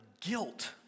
guilt